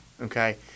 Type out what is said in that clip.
okay